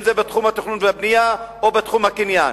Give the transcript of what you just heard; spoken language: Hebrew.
אם זה בתחום התכנון והבנייה ואו בתחום הקניין.